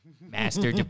Master